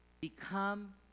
Become